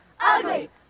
ugly